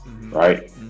right